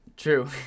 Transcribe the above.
True